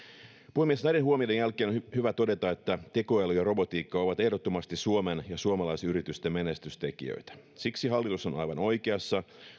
puhemies näiden huomioiden jälkeen on hyvä todeta että tekoäly ja robotiikka ovat ehdottomasti suomen ja suomalaisyritysten menestystekijöitä siksi hallitus on on aivan oikeassa